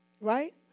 Right